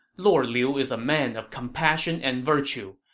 lord liu is a man of compassion and virtue.